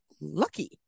lucky